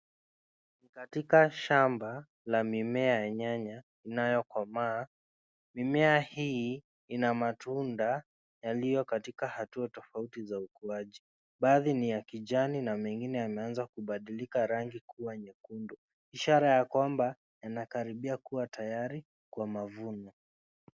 Katika shamba la mimea ya nyanya inayokomaa, mimea hii ina matunda yaliyokatika hatua tofauti za ukuaji, baadhi ya kijani na mengine yameanza kubadilika rangi kua nyekundu, ishara ya kwamba inakaribia kua tayari kwa mavuno.